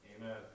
Amen